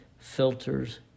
filters